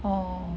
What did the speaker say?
orh